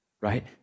right